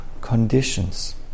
conditions